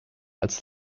als